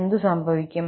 എന്തു സംഭവിക്കും